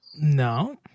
No